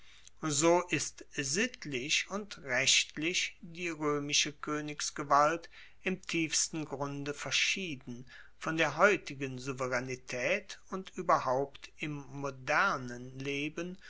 so ist sittlich und rechtlich die roemische koenigsgewalt im tiefsten grunde verschieden von der heutigen souveraenitaet und ueberhaupt im modernen leben